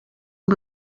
amb